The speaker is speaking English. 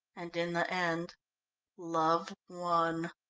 and in the end love won.